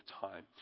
time